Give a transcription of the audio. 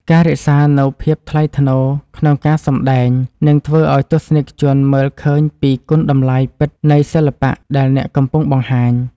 ការរក្សានូវភាពថ្លៃថ្នូរក្នុងការសម្តែងនឹងធ្វើឱ្យទស្សនិកជនមើលឃើញពីគុណតម្លៃពិតនៃសិល្បៈដែលអ្នកកំពុងបង្ហាញ។